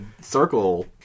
circle